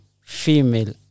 female